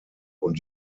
und